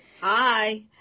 Hi